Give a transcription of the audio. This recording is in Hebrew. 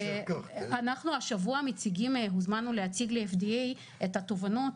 אנחנו השבוע הוזמנו להציג ל-FDA את התובנות